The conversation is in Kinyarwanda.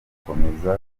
gukomeza